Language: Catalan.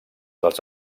dels